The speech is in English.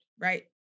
right